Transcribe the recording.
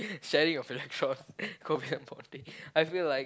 sharing of electrons covalent bonding I feel like